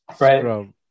Right